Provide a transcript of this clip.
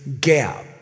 gap